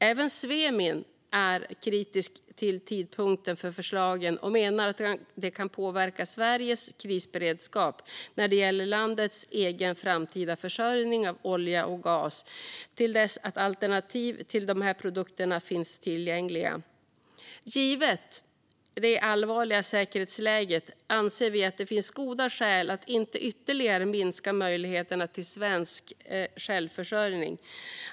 Även Svemin är kritiskt till tidpunkten för förslagen och menar att det kan komma att påverka Sveriges krisberedskap när det gäller landets egen framtida försörjning av olja och gas till dess att alternativ till de här produkterna finns tillgängliga. Givet det allvarliga säkerhetsläget anser vi att det finns goda skäl att inte ytterligare minska möjligheterna till svensk självförsörjning.